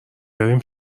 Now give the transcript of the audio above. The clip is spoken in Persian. بریم